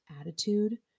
attitude